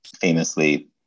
famously